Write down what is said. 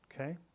Okay